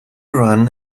run